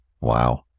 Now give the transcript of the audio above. Wow